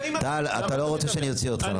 טל, אתה לא רוצה שאני אוציא אותך, נכון?